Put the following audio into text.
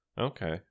okay